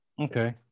Okay